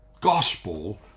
gospel